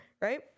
Right